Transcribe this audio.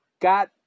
got